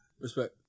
Respect